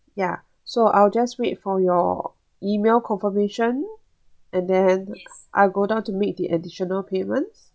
ya so I'll just wait for your E-mail confirmation and then I'll go down to make the additional payments